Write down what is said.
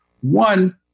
One